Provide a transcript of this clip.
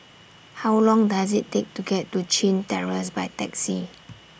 How Long Does IT Take to get to Chin Terrace By Taxi